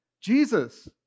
Jesus